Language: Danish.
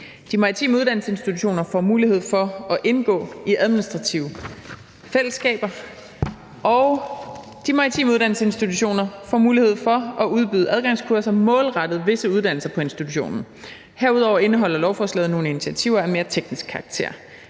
De maritime uddannelsesinstitutioner får mulighed for at indgå i administrative fællesskaber, og de maritime uddannelsesinstitutioner får mulighed for at udbyde adgangskurser målrettet visse uddannelser på institutionen. Herudover indeholder lovforslaget nogle initiativer af mere teknisk karakter.